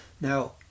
Now